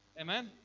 Amen